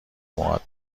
موهات